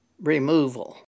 removal